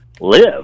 live